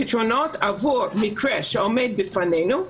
פתרונות עבור מקרה שעומד בפנינו,